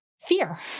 fear